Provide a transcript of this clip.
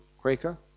Quaker